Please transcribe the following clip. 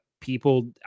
people